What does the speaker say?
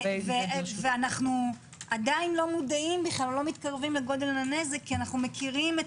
ואנחנו עדיין לא מתקרבים לגודל הנזק כי אנו מכירים את